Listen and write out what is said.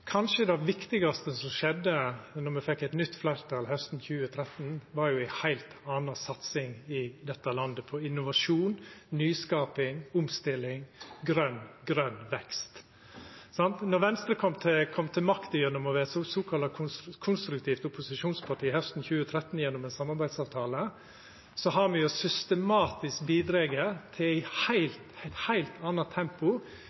Kanskje var det viktigaste som skjedde då me fekk eit nytt fleirtal hausten 2013, ei heilt anna satsing i dette landet på innovasjon, nyskaping, omstilling og grøn vekst. Etter at Venstre kom til makta hausten 2013 ved å vera såkalla konstruktivt opposisjonsparti gjennom ein samarbeidsavtale, har me systematisk bidrege til eit heilt anna tempo